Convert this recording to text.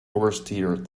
oversteered